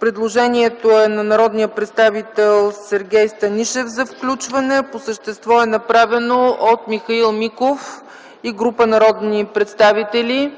Предложението е народния представител Сергей Станишев за включване, а по същество е направено от Михаил Миков и група народни представители.